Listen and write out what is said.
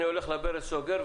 אני הולך לברז וסוגר,